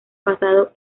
pasado